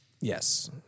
Yes